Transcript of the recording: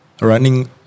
running